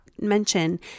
mention